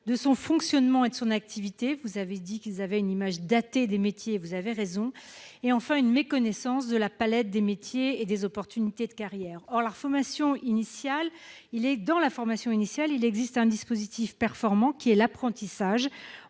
de son fonctionnement et de son activité- vous avez dit qu'ils avaient une image datée des métiers et vous avez raison -, et enfin une méconnaissance de l'éventail des métiers et des opportunités de carrière. Or, dans la formation initiale, il existe un dispositif performant qui est l'apprentissage.